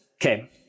Okay